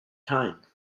time